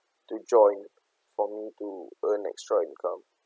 to join for me to earn extra income